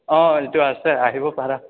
অঁ এইটো আছে আহিব পাৰা